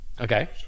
Okay